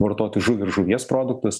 vartoti žuvį ir žuvies produktus